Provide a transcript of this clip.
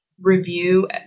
review